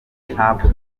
ntabwo